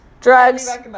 Drugs